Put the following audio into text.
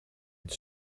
het